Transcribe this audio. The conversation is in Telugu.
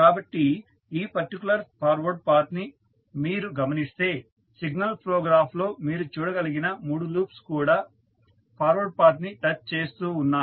కాబట్టి ఈ పర్టికులర్ ఫార్వర్డ్ పాత్ ని మీరు గమనిస్తే సిగ్నల్ ఫ్లో గ్రాఫ్ లో మీరు చూడగలిగిన మూడు లూప్స్ కూడా ఫార్వర్డ్ పాత్ ని టచ్ చేస్తూ ఉన్నాయి